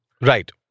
Right